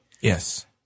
Yes